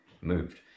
moved